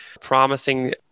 promising